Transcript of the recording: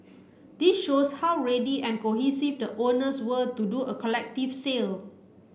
this shows how ready and cohesive the owners were to do a collective sale